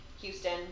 Houston